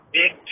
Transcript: big